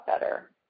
better